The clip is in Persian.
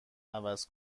عوض